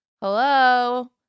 Hello